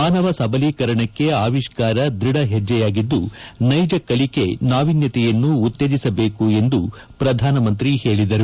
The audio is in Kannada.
ಮಾನವ ಸಬಲೀಕರಣಕ್ಕೆ ಆವಿಷ್ಕಾರ ದ್ವಧ ಹೆಜ್ಜೆಯಾಗಿದ್ದು ನೈಜ ಕಲಿಕೆ ನಾವಿನ್ಯತೆಯನ್ನು ಉತ್ತೇಜಿಸಬೇಕು ಎಂದು ಪ್ರಧಾನಮಂತ್ರಿ ಹೇಳಿದರು